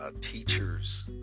teachers